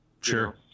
sure